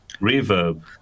reverb